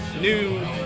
new